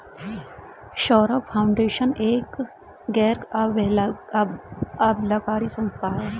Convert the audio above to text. Saurabh foundation एक गैर लाभकारी संस्था है